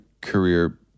career